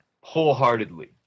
wholeheartedly